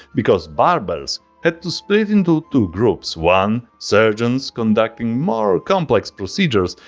because barbers had to split into two groups, one surgeons conducting more complex procedures,